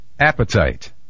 appetite